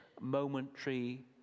momentary